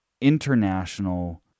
international